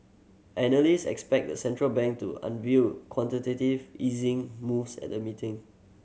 analyst expect the central bank to unveil quantitative easing moves at the meeting